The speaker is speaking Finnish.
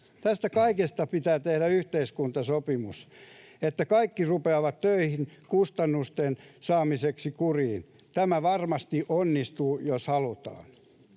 Tästä kaikesta pitää tehdä yhteiskuntasopimus, että kaikki rupeavat töihin kustannusten saamiseksi kuriin. Tämä varmasti onnistuu, jos halutaan.